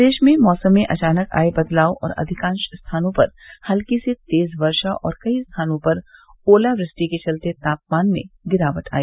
प्रदेश में मौसम में अचानक आये बदलाव और अधिकांश स्थानों पर हल्की से तेज वर्षा और कई स्थानों पर ओलावृष्टि के चलते तापमान में गिरावट आ गई